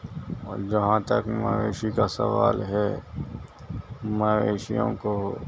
اور جہاں تک مویشی کا سوال ہے مویشیوں کو